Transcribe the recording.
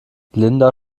linda